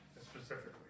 specifically